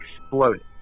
exploded